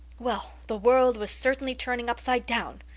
well, the world was certainly turning upside down!